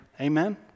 Amen